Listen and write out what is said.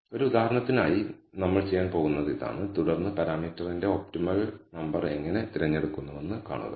ഒരു ഉദാഹരണത്തിനായി നമ്മൾ ചെയ്യാൻ പോകുന്നത് ഇതാണ് തുടർന്ന് പാരാമീറ്ററിന്റെ ഒപ്റ്റിമൽ നമ്പർ എങ്ങനെ തിരഞ്ഞെടുക്കുന്നുവെന്ന് കാണുക